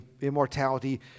immortality